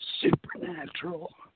supernatural